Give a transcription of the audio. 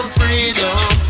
freedom